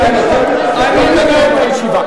אני מנהל אותה.